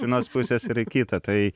vienos pusės ir į kitą tai